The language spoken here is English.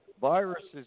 viruses